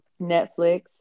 Netflix